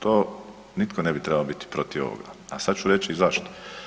To nitko ne bi trebao biti protiv ovoga, a sad ću reći i zašto.